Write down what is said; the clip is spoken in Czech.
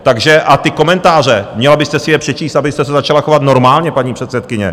Takže a ty komentáře, měla byste si je přečíst, abyste se začala chovat normálně, paní předsedkyně.